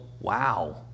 wow